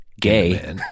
gay